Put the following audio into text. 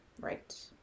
Right